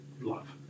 love